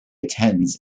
attends